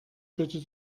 bitte